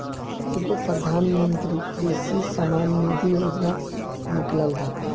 एगो प्रधानमंत्री कृषि सम्मान निधी योजना निकलल बा